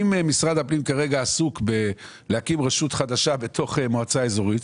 אם משרד הפנים כרגע עסוק בלהקים רשות חדשה בתוך מועצה אזורית,